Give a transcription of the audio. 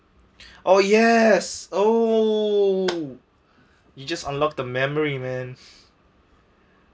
oh yes oh you just unlocked the memory man